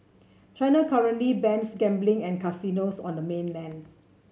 China currently bans gambling and casinos on the mainland